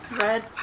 Red